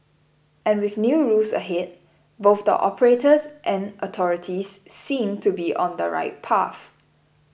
and with new rules ahead both the operators and authorities seem to be on the right path